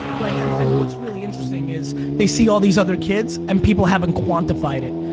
right and and what's really interesting is they see all these other kids and people haven't quantified it.